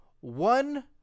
one